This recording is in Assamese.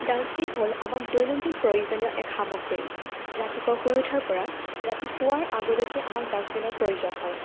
ডাষ্টবিন হ'ল আমাক দৈনন্দিন প্ৰয়োজনীয় এক সামগ্ৰী ৰাতিপুৱা শুই উঠাৰ পৰা ৰাতি শুৱাৰ আগলৈকে আমাক ডাষ্টবিনৰ প্ৰয়োজন হয়